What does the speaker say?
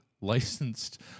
licensed